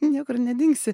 niekur nedingsi